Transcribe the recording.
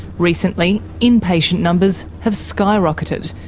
recently, inpatient numbers have skyrocketed.